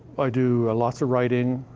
i do lots of writing,